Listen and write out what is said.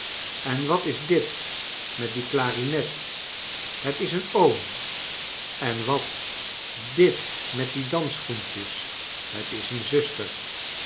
en wat is dit met die clarinet het is een oom en wat dit met die dansschoentjes het is een zuster